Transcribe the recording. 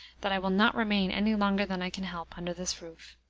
that i will not remain any longer than i can help under this roof.